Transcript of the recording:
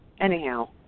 anyhow